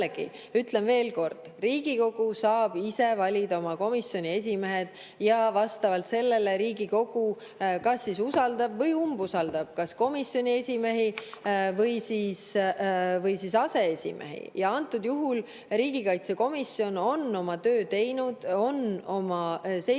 ütlen veel kord: Riigikogu saab ise valida oma komisjonide esimehed ja vastavalt sellele Riigikogu kas usaldab või umbusaldab komisjoni esimehi või aseesimehi. Antud juhul riigikaitsekomisjon on oma töö teinud, on oma seisukoha